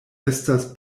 estas